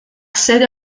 sede